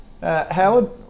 Howard